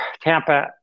Tampa